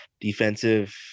defensive